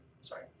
sorry